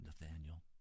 Nathaniel